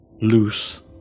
loose